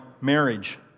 marriage